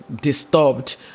disturbed